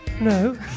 No